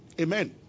Amen